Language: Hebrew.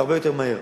הרבה יותר מהר,